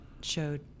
showed